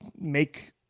make